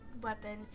weapon